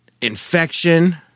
Infection